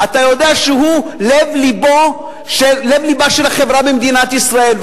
אתה יודע שהוא לב לבה של החברה במדינת ישראל.